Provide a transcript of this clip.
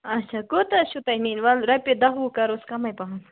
اَچھا کوٗتاہ حظ چھِو تۄہہِ نِنۍ وَلہٕ رۄپیہِ دَہ وُہ کَرہوس کَمٕے پَہَم